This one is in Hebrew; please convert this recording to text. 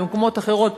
במקומות אחרים,